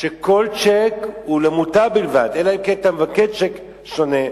שכל צ'ק הוא למוטב בלבד אלא אם כן אתה מבקש צ'ק שונה,